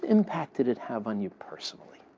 impact did it have on you personally?